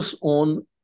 on